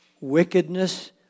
wickedness